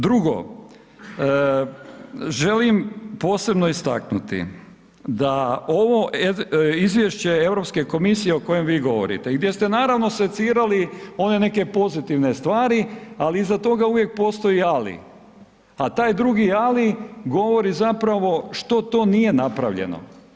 Drugo, želim posebno istaknuti da ovo izvješće o Europske komisije o kojem vi govorite i gdje ste naravno secirali one neke pozitivne stvari, ali iza toga uvijek postoji ali, a taj drugi ali govori zapravo što to nije napravljeno.